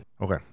okay